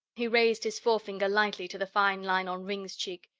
he raised his forefinger lightly to the fine line on ringg's cheek.